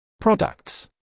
Products